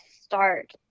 start